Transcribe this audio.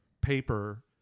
paper